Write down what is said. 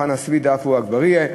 חנא סוייד ועפו אגבאריה.